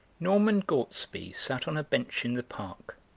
norman gortsby sat on a bench in the park,